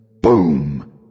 BOOM